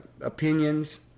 opinions